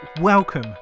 welcome